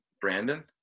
Brandon